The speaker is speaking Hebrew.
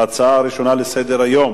ההצעה הראשונה לסדר-היום: